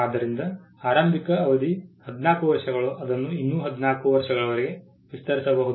ಆದ್ದರಿಂದ ಆರಂಭಿಕ ಅವಧಿ 14 ವರ್ಷಗಳು ಅದನ್ನು ಇನ್ನೂ 14 ವರ್ಷಗಳಿಗೆ ವಿಸ್ತರಿಸಬಹುದು